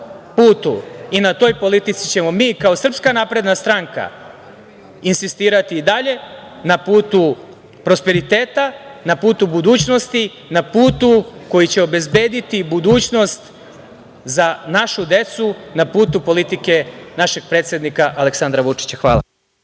putu i na toj politici, ćemo mi kao SNS, insistirati i dalje, na putu prosperiteta, na putu budućnosti, na putu koji će obezbediti budućnost, za našu decu, na putu politike našeg predsednika Aleksandra Vučića. Hvala.